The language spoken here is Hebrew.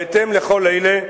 בהתאם לכל אלה,